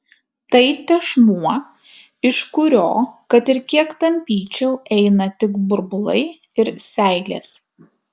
tai tešmuo iš kurio kad ir kiek tampyčiau eina tik burbulai ir seilės